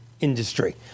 industry